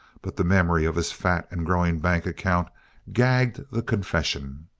but the memory of his fat and growing bank-account gagged the confession.